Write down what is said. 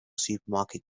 supermarket